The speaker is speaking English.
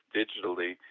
digitally